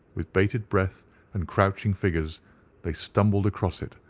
with bated breath and crouching figures they stumbled across it,